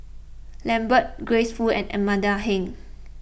Lambert Grace Fu and Amanda Heng